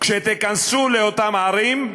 כשתיכנסו לאותן ערים,